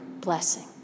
blessing